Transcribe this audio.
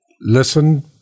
listen –